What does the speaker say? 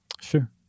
Sure